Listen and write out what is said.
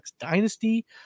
dynasty